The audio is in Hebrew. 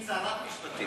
צרת משפטים.